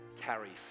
carry